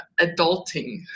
adulting